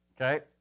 okay